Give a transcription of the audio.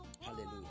Hallelujah